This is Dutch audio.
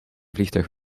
vliegtuig